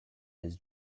his